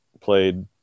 played